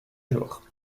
jour